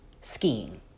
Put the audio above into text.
skiing